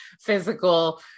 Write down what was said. physical